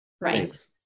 Right